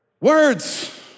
Words